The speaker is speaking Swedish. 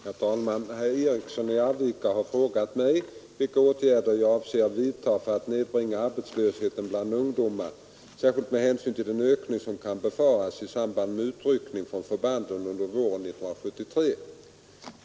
Herr talman! Herr Eriksson i Arvika har frågat mig vilka åtgärder jag avser att vidta för att nedbringa arbetslösheten bland ungdomar, särskilt med hänsyn till den ökning som kan befaras i samband med utryckningen från förbanden under våren 1973.